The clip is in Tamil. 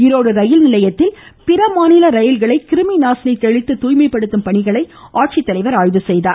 ஈரோடு ரயில் நிலையத்தில் பிற மாநில ரயில்களை கிருமி நாசினி தெளித்து தூய்மைப்படுத்தும் பணிகளையும் ஆட்சித்தலைவர் ஆய்வு செய்தார்